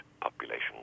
population